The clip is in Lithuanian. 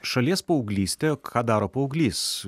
šalies paauglystė ką daro paauglys